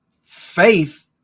faith